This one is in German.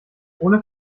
ohne